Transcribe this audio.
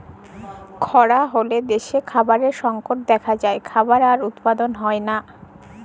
খরা হ্যলে দ্যাশে খাবারের সংকট দ্যাখা যায়, খাবার আর উৎপাদল হ্যয় লায়